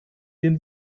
den